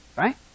right